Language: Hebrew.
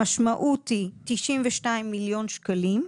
המשמעות היא 92 מיליון שקלים,